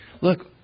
look